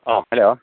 ꯑꯣ ꯍꯂꯣ